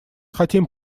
хотим